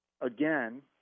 again